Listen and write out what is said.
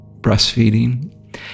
breastfeeding